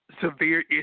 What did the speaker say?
Severe